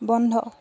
বন্ধ